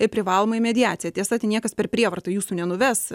į privalomąją mediaciją tiesa ten niekas per prievartą jūsų nenuves